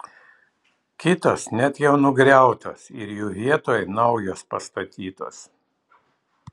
kitos net jau nugriautos ir jų vietoj naujos pastatytos